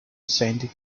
sandy